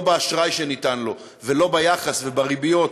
לא באשראי שניתן לו ולא ביחס ובריביות